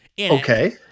Okay